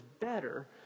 better